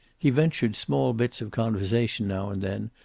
he ventured small bits of conversation now and then,